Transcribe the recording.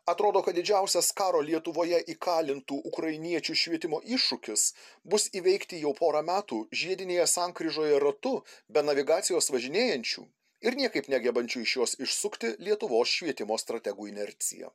atrodo kad didžiausias karo lietuvoje įkalintų ukrainiečių švietimo iššūkis bus įveikti jau porą metų žiedinėje sankryžoje ratu be navigacijos važinėjančių ir niekaip negebančių iš jos išsukti lietuvos švietimo strategų inercija